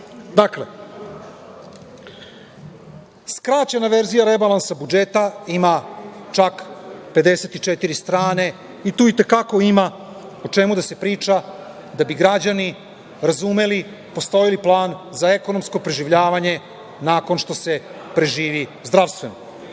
Dakle, skraćena verzija rebalansa budžeta ima čak 54 strane i tu i te kako ima o čemu da se priča, da bi građani razumeli postoji li plan za ekonomsko preživljavanje nakon što se preživi zdravstveno.